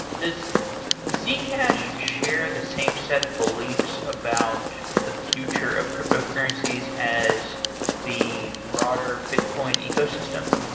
does zcash share the same set of beliefs about the future of cryptocurrencies as the broader bitcoin ecosystem?